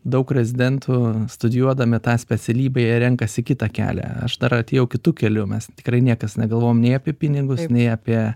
daug rezidentų studijuodami tą specialybę jie renkasi kitą kelią aš dar atėjau kitu keliu mes tikrai niekas negalvojom nei apie pinigus nei apie